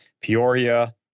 Peoria